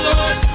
Lord